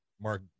Mark